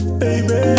Baby